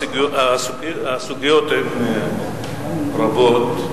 הסוגיות הן רבות,